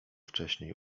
wcześniej